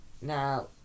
Now